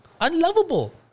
unlovable